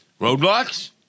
roadblocks